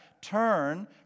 turn